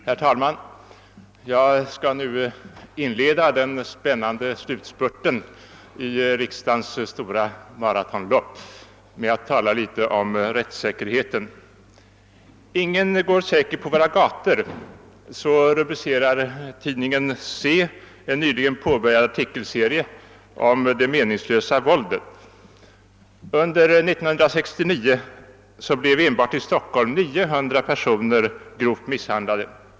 Herr talman! Jag skall nu inleda den spännande slutspurten i riksdagens stora maratonlopp med att tala litet om rättssäkerheten. >Ingen går säker på våra gator.> Så rubricerar tidningen Se en nyligen påbörjad artikelserie om det meningslösa våldet. Under 1969 blev enbart i Stockhol 900 personer grovt misshandlade.